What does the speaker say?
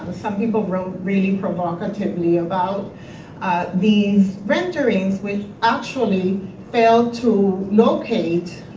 some people wrote really provocatively about these renderings which actually failed to locate